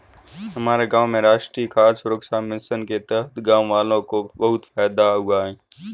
हमारे गांव में राष्ट्रीय खाद्य सुरक्षा मिशन के तहत गांववालों को बहुत फायदा हुआ है